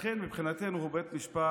לכן מבחינתנו הוא בית משפט